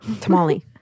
tamale